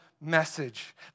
message